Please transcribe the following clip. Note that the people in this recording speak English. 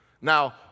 Now